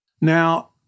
Now